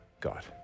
God